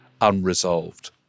unresolved